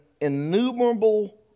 innumerable